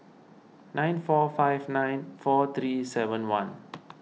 nine four five nine four three seven one